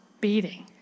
beating